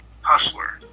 hustler